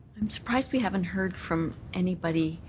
i'm surprised we haven't heard from anybody